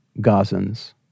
Gazans